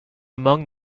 among